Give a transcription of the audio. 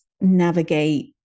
navigate